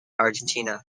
argentina